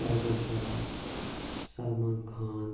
tiger Shroff Salman Khan